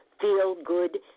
feel-good